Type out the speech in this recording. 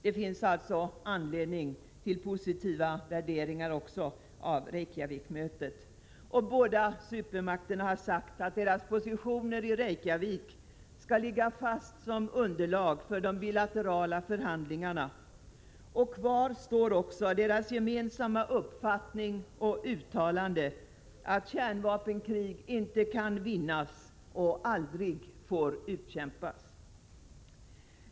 Det finns alltså anledning också till positiva värderingar av Reykjavikmötet, och båda supermakterna har sagt att deras positioner i Reykjavik skall ligga fast som underlag för de bilaterala förhandlingarna. Kvar står också deras gemensamma uppfattning och uttalande att kärnvapenkrig inte kan vinnas och aldrig får utkämpas.